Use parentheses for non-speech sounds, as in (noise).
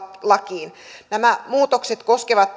lakiin nämä muutokset koskevat (unintelligible)